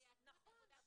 בתקנות.